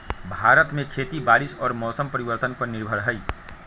भारत में खेती बारिश और मौसम परिवर्तन पर निर्भर हई